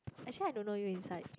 actually I don't know you inside